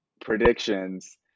predictions